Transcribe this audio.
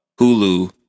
Hulu